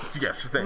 Yes